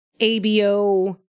ABO